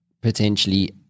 potentially